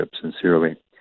sincerely